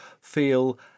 feel